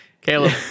Caleb